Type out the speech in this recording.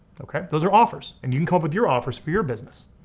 okay? those are offers. and you can come up with your offers for your business.